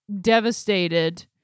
devastated